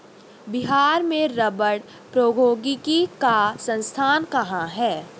बिहार में रबड़ प्रौद्योगिकी का संस्थान कहाँ है?